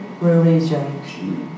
religion